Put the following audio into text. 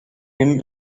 him